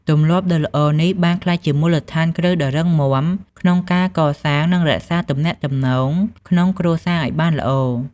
ទម្លាប់ដ៏ល្អនេះបានក្លាយជាមូលដ្ឋានគ្រឹះដ៏រឹងមាំក្នុងការកសាង និងរក្សាទំនាក់ទំនងក្នុងគ្រួសារឱ្យបានល្អ។